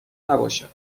نباشد